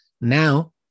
Now